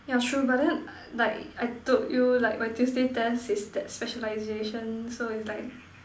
yeah true but then like I told you like my Tuesday test is that specialization so is like